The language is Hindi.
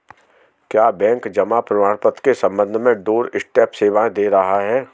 क्या बैंक जमा प्रमाण पत्र के संबंध में डोरस्टेप सेवाएं दे रहा है?